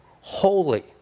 holy